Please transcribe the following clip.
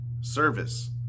service